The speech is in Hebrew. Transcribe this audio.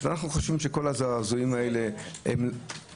אנחנו חושבים שכל הזעזועים האלה -- בסדר.